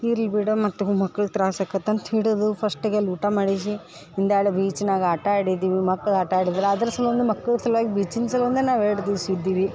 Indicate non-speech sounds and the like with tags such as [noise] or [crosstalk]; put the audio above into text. ಇರ್ಲಿ ಬಿಡು ಮತ್ತು ಮಕ್ಳು ತ್ರಾಸು ಆಗತ್ ಅಂತ ಹಿಡಿದು ಫಶ್ಟಗೆ ಅಲ್ಲಿ ಊಟ ಮಾಡಿಸಿ [unintelligible] ಬೀಚಿನಾಗ ಆಟ ಆಡಿದಿವಿ ಮಕ್ಳು ಆಟ ಆಡಿದ್ರು ಅದ್ರ ಸಲುವಾಗಿ ಮಕ್ಳ ಸಲುವಾಗಿ ಬೀಚಿಂದ ಸಲುವಾಗ ನಾವು ಎರಡು ದಿವ್ಸ ಇದ್ದಿವಿ